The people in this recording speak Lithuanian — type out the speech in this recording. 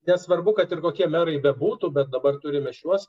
nesvarbu kad ir kokie merai bebūtų bet dabar turime šiuos